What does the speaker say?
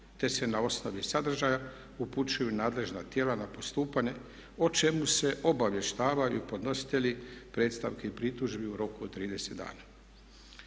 te se na osnovi sadržaja upućuju nadležna tijela na postupanje o čemu se obavještavaju podnositelji predstavki i pritužbi u roku od 30 dana.